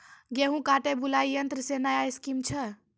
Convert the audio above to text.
गेहूँ काटे बुलाई यंत्र से नया स्कीम छ?